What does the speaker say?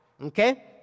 okay